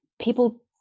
people